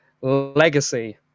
legacy